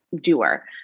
doer